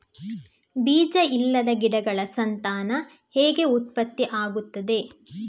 ಬೀಜ ಇಲ್ಲದ ಗಿಡಗಳ ಸಂತಾನ ಹೇಗೆ ಉತ್ಪತ್ತಿ ಆಗುತ್ತದೆ?